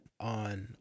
on